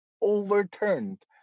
overturned